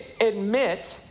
admit